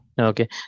Okay